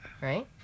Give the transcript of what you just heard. Right